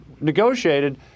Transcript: negotiated